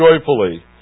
joyfully